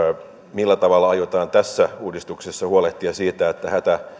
millä tavalla aiotaan tässä uudistuksessa huolehtia siitä että